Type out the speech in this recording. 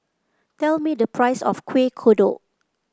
tell me the price of Kueh Kodok